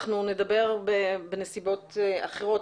אנחנו נדבר בנסיבות אחרות.